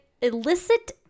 illicit